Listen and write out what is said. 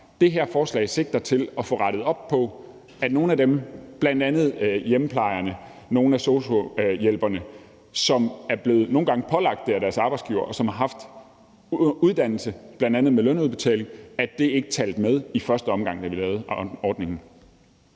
det her forslag sigter til at få rettet op på, at for nogle af dem, bl.a. hjemmeplejerne og nogle af sosu-hjælperne, som nogle gange er blevet pålagt det, af deres arbejdsgiver, og som har haft uddannelse, bl.a. med lønudbetaling, talte det ikke med i første omgang, da vi lavede ordningen.